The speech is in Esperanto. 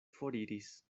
foriris